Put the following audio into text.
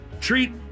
treat